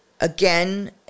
again